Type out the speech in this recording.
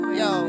yo